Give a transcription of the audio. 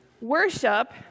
Worship